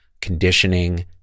conditioning